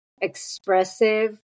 expressive